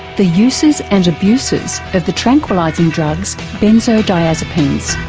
the uses and abuses of the tranquillising drugs benzodiazepines.